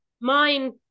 Mine-